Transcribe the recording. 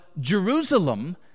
Jerusalem